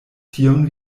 tion